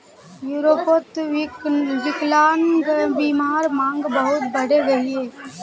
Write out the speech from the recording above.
यूरोपोत विक्लान्ग्बीमार मांग बहुत बढ़े गहिये